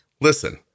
listen